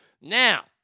Now